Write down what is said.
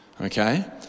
Okay